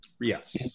Yes